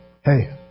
Hey